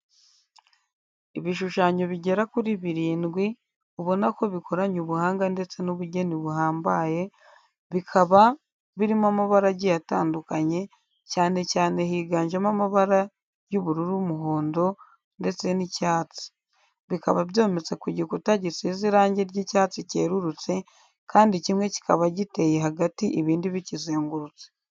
Ibishushanyo bigera kuri birindwi, ubona ko bikoranye ubuhanga ndetse n'ubugeni buhambaye, bikaba birimo amabara agiye atandukanye, cyane cyane higanjemo amabara y'ubururu, umuhondo, ndetse n'icyatsi. Bikaba byometse ku gikuta gisize irange ry'icyatsi cyerurutse, kandi kimwe kikaba giteye hagati ibindi bikizengurutse.